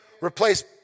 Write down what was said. Replace